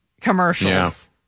commercials